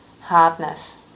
hardness